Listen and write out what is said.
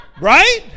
Right